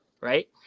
right